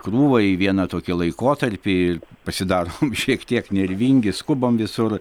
krūvą į vieną tokį laikotarpį pasidarom šiek tiek nervingi skubam visur